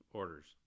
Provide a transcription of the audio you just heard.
orders